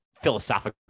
philosophical